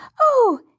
Oh